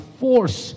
force